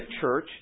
church